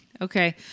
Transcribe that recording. Okay